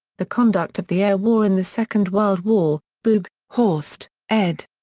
the conduct of the air war in the second world war boog, horst, ed.